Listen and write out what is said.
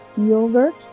yogurt